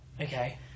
Okay